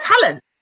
talent